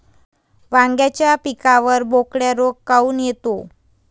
वांग्याच्या पिकावर बोकड्या रोग काऊन येतो?